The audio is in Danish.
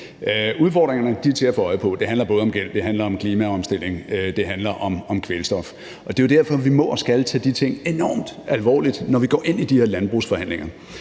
Udfordringerne er til at få øje på. Det handler om gæld, det handler om klimaomstilling, og det handler om kvælstof. Det er jo derfor, vi må og skal tage de ting enormt alvorligt, når vi går ind i de her landbrugsforhandlinger.